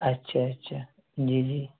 اچھا اچھا جی جی